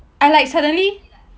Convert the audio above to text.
I like suddenly